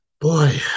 Boy